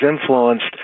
influenced